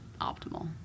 optimal